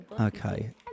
Okay